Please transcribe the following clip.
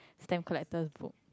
stamp collector book